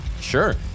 Sure